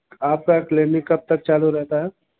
आपका क्लीनिक कब तक चालू रहता है